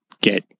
get